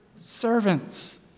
servants